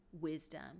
wisdom